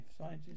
scientists